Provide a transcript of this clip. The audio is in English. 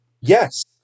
Yes